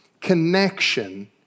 connection